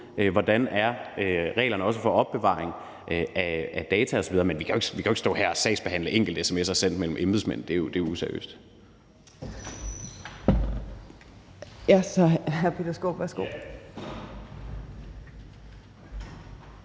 hvordan reglerne er også for opbevaring af data osv. Men vi kan jo ikke stå her og sagsbehandle enkelt-sms'er sendt mellem embedsmænd. Det er jo useriøst.